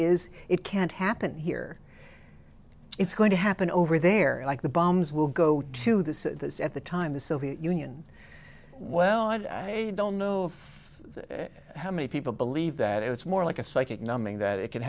is it can't happen here it's going to happen over there like the bombs will go to the at the time the soviet union well i don't know how many people believe that it's more like a psychic numbing that it c